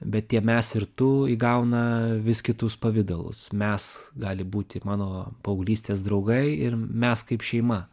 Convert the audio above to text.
bet tie mes ir tu įgauna vis kitus pavidalus mes gali būti mano paauglystės draugai ir mes kaip šeima